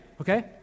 okay